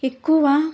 ఎక్కువ